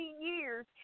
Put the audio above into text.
years